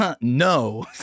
No